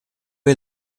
est